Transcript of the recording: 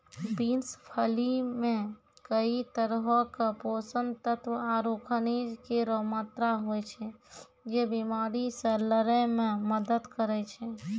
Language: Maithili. बिन्स फली मे कई तरहो क पोषक तत्व आरु खनिज केरो मात्रा होय छै, जे बीमारी से लड़ै म मदद करै छै